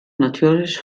natürlich